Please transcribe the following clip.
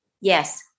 Yes